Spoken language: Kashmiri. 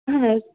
اَہَن حظ